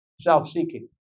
self-seeking